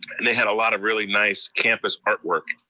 and they had a lot of really nice campus art work.